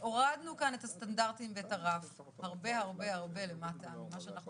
זאת אומרת הורדנו כאן את הסטנדרטים ואת הרף הרבה הרבה למטה ממה שאנחנו